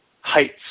heights